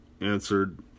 answered